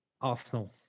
Arsenal